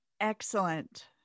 Excellent